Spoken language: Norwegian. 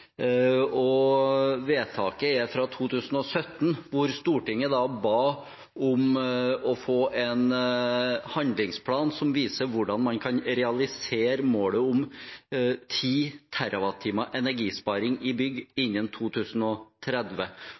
Vedtaket er fra 2017, da Stortinget ba om en handlingsplan som viser hvordan man kan realisere målet om 10 TWh energisparing i bygg innen 2030.